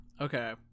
Okay